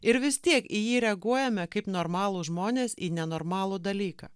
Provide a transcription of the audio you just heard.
ir vis tiek į jį reaguojame kaip normalūs žmonės į nenormalų dalyką